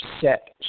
set